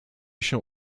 się